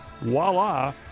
voila